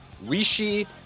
Rishi